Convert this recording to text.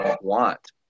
want